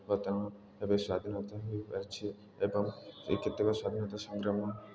ବର୍ତ୍ତମାନ ଏବେ ସ୍ୱାଧିନତା ହେଇପାରିଛି ଏବଂ କେତେକ ସ୍ୱାଧିନତା ସଂଗ୍ରାମ